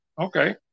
Okay